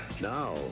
now